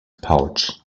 pouch